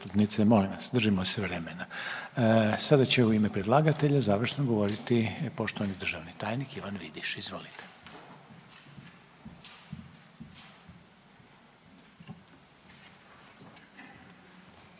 Molim vas, držimo se vremena. Sada će u ime predlagatelja završno govoriti poštovani državni tajnik Ivan Vidiš, izvolite.